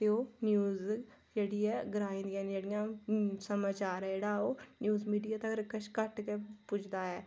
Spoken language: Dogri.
ते ओह् न्यूज़ जेह्ड़ी ऐ ग्राएं दियां जेह्ड़ियां समाचार ऐ जेह्ड़ा ओह् न्यूज़ मीडिया तगर घट्ट गै पुजदा ऐ